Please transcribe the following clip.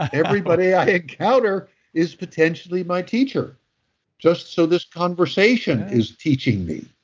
everybody i encounter is potentially my teacher just so this conversation is teaching me.